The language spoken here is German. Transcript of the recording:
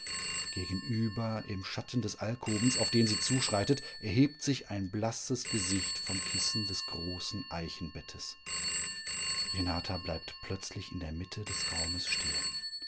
gegenüber im schatten des alkovens auf den sie zuschreitet erhebt sich ein blasses gesicht vom kissen des großen eichenbettes renata bleibt plötzlich in der mitte des zimmers stehen